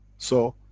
so,